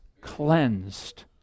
cleansed